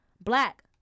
black